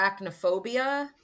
arachnophobia